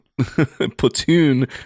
platoon